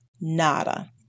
nada